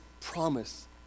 promise